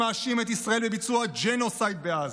שמאשים את ישראל בביצוע ג'נוסייד בעזה,